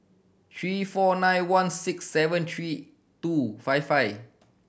three four nine one six seven three two five five